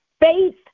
faith